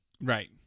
Right